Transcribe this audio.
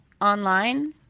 online